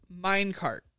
minecart